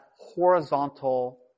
horizontal